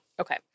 Okay